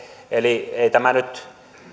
eli ei tämä nyt